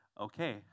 okay